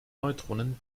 neutronen